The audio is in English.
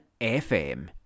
FM